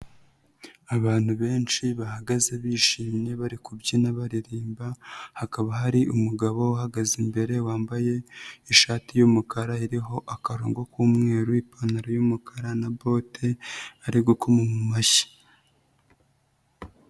Abantu benshi bahagaze bishimye bari kubyina baririmba, hakaba hari umugabo uhagaze imbere wambaye ishati y'umukara iriho akarongo k'umweru, ipantaro y'umukara na bote ari gukoma mu mashyi.